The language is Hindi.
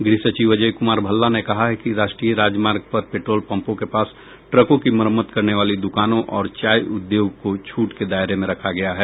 गृह सचिव अजय कुमार भल्ला ने कहा है कि राष्ट्रीय राजमार्ग पर पेट्रोल पंपों के पास ट्रकों की मरम्मत करने वाली दुकानों और चाय उद्योग को छूट के दायरे में रखा गया है